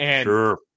Sure